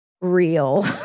real